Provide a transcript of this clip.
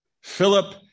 Philip